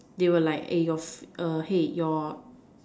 they will like eh your fur~ err hey your